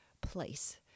place